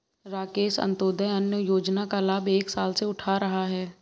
राकेश अंत्योदय अन्न योजना का लाभ एक साल से उठा रहा है